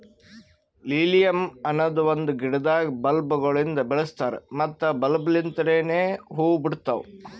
lilium ಅನದ್ ಒಂದು ಗಿಡದಾಗ್ ಬಲ್ಬ್ ಗೊಳಿಂದ್ ಬೆಳಸ್ತಾರ್ ಮತ್ತ ಬಲ್ಬ್ ಲಿಂತನೆ ಹೂವು ಬಿಡ್ತಾವ್